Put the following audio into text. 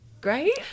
great